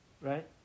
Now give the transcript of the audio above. Right